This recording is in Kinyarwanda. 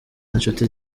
inshuti